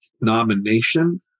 nomination